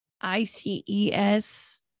ICES